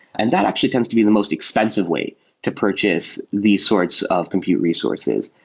and that actually tends to be the most expensive way to purchase these sorts of compute resources.